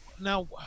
Now